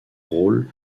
rôle